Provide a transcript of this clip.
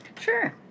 Sure